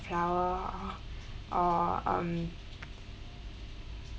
flower or um